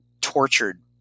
tortured